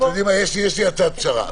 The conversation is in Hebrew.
אתם יודעים מה, יש לי הצעת פשרה.